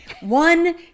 One